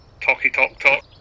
Talky-talk-talk